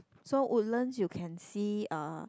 so Woodlands you can see uh